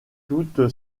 toute